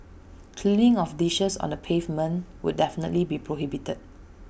cleaning of dishes on the pavement would definitely be prohibited